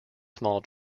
small